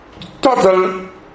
total